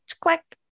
Click